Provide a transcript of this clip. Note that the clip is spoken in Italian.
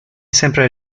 sempre